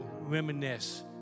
reminisce